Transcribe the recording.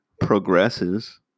progresses